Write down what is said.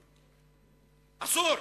אסור.